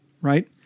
right